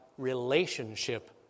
relationship